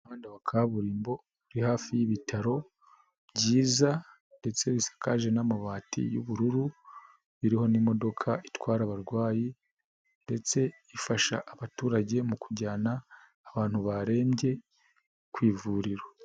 Umuhanda wa kaburimbo, uri hafi y'ibitaro, byiza ndetse bisakaje n'amabati y'ubururu, biriho n'imodoka itwara abarwayi, ndetse ifasha abaturage mu kujyana, abantu barembye, ku ivuriro.